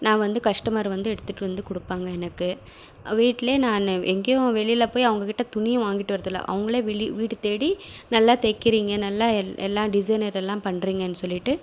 நான் வந்து கஸ்டமர் வந்து எடுத்துகிட்டு வந்து கொடுப்பாங்க எனக்கு வீட்டிலேயே நான் எங்கேயும் வெளியில் போய் அவங்க கிட்ட துணியும் வாங்கிட்டு வரது இல்லை அவங்களே வீடு தேடி நல்லா தைக்கிறீங்க நல்லா எல்லா டிசைன் இதல்லாம் பண்றிங்கன்னு சொல்லிவிட்டு